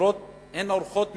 מחברות הן עורכות מכרזים?